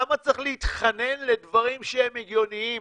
למה צריך להתחנן לדברים שהם הגיוניים?